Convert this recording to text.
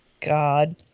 god